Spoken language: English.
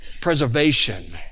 preservation